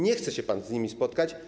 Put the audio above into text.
Nie chce się pan z nimi spotkać.